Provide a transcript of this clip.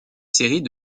série